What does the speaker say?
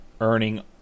earning